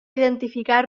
identificar